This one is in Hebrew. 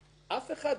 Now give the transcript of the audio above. אף אחד לא בא